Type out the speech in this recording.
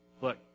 Look